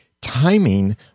Timing